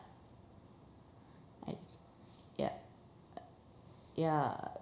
right ya ya